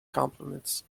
compliments